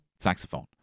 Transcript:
saxophone